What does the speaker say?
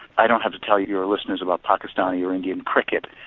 i don't have to tell your listeners about pakistani or indian cricket.